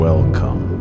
Welcome